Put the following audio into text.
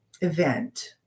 event